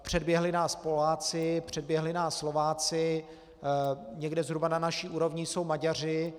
Předběhli nás Poláci, předběhli nás Slováci, někde zhruba na naší úrovni jsou Maďaři.